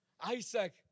Isaac